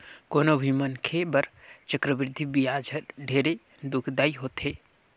कोनो भी मनखे बर चक्रबृद्धि बियाज हर ढेरे दुखदाई होथे